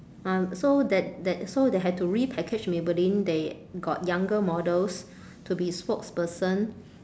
um so that that so they have to repackage maybelline they got younger models to be spokesperson